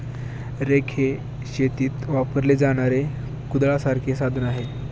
rake हे शेतीत वापरले जाणारे कुदळासारखे साधन आहे